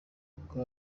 ubwo